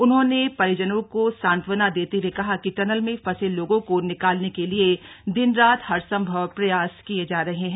उनहोंने परिजनों को सांत्वना देते हुए कहा कि टनल में फंसे लोगों को निकालने के लिए दिन रात हर संभव प्रयास किए जा रहे हैं